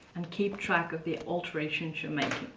and keep track of the alterations you make.